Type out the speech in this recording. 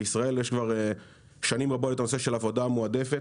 בישראל יש כבר שנים רבות את הנושא של עבודה מועדפת.